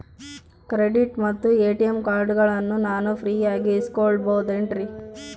Credit ಮತ್ತ ATM ಕಾರ್ಡಗಳನ್ನ ನಾನು ಫ್ರೇಯಾಗಿ ಇಸಿದುಕೊಳ್ಳಬಹುದೇನ್ರಿ?